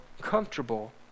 comfortable